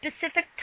specific